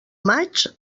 maig